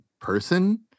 person